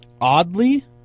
oddly